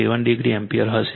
7 degree ampere હશે